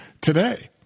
today